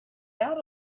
about